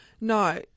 No